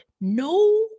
no